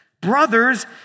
Brothers